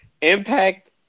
Impact